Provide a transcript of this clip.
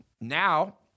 Now